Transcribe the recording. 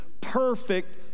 perfect